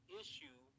issue